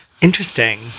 Interesting